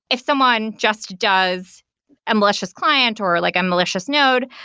if someone just does a malicious client or like a malicious node,